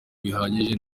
bihagije